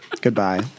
Goodbye